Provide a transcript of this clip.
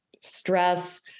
stress